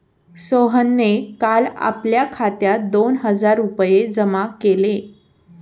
सोहनने काल आपल्या खात्यात दोन हजार रुपये जमा केले